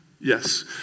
yes